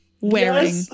wearing